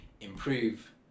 improve